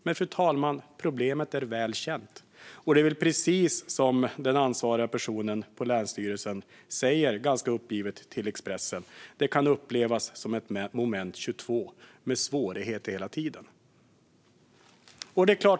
Men, fru talman, problemet är väl känt. Det är precis som den ansvariga personen på länsstyrelsen uppgivet säger till Expressen, nämligen att det kan upplevas som ett moment 22 med svårigheter hela tiden.